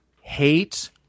hate